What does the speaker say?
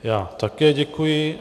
Já také děkuji.